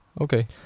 Okay